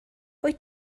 wyt